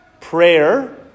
Prayer